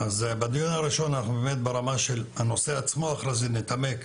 אז אנחנו ברמה של הנושא עצמו, אחרי זה נתעמק.